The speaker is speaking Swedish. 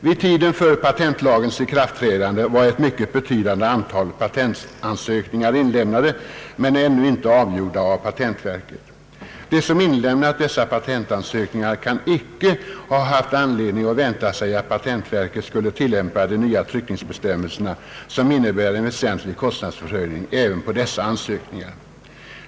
Vid tiden för patentlagens ikraftträdande var ett mycket betydande antal patentansökningar inlämnade men ännu inte avgjorda av patentverket. De som har inlämnat dessa patentansökningar kan inte ha haft anledning att vänta sig att patentverket skulle tilllämpa de nya tryckningsbestämmelserna, som innebär en väsentlig kostnadsförhöjning, även på dessa ansökningar.